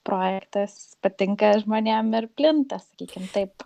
projektas patinka žmonėm ir plinta sakykim taip